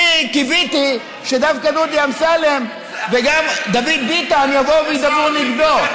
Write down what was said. אני קיוויתי שדווקא דודי אמסלם וגם דוד ביטן יבואו וידברו נגדו.